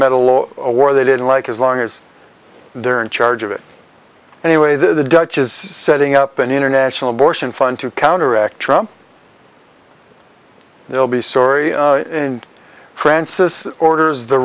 met a low or they didn't like as long as they're in charge of it anyway the dutch is setting up an international abortion fund to counteract trump they'll be sorie in francis orders the